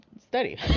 study